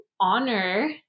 honor